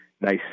nice